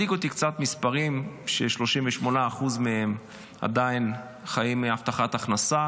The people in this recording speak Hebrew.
מדאיגים אותי קצת המספרים ש-38% מהם עדיין חיים מהבטחת הכנסה.